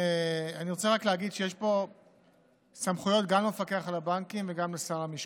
אני רוצה רק להגיד שיש פה סמכויות גם למפקח על הבנקים וגם לשר המשפטים.